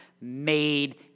made